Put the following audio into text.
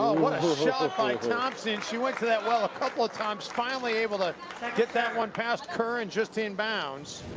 what a shot like by thompson! she went to that well a couple of times. finally able to get that one past kerr and just in bounds.